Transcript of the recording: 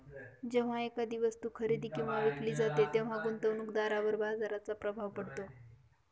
जेव्हा एखादी वस्तू खरेदी किंवा विकली जाते तेव्हा गुंतवणूकदारावर बाजाराचा प्रभाव पडतो